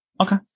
Okay